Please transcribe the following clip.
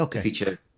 feature